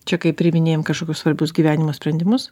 čia kai priiminėjam kažkokius svarbius gyvenimo sprendimus